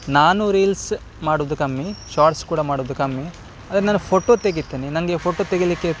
ನಾನು ರೀಲ್ಸ್ ಮಾಡುವುದು ಕಮ್ಮಿ ಶಾರ್ಟ್ಸ್ ಕೂಡ ಮಾಡುವುದು ಕಮ್ಮಿ ಆದರೆ ನಾನು ಫೋಟೋ ತೆಗಿತೀನಿ ನನಗೆ ಫೋಟೋ ತೆಗಿಲಿಕ್ಕೆ